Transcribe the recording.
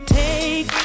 take